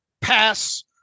pass